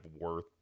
worth